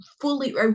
fully